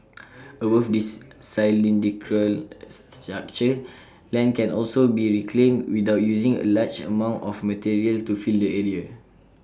above this cylindrical structure land can also be reclaimed without using A large amount of material to fill the sea